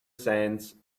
sands